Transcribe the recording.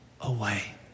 away